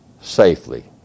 safely